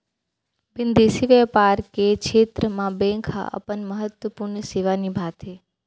बिंदेसी बैपार के छेत्र म बेंक ह अपन महत्वपूर्न सेवा निभाथे